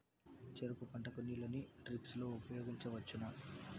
చెరుకు పంట కు నీళ్ళని డ్రిప్ లో ఉపయోగించువచ్చునా?